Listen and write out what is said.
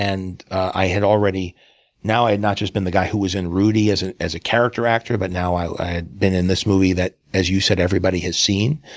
and i had already now i had not just been the guy who was in rudy as and as a character actor, but now i had been in this movie that, as you said, everybody has seen.